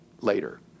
later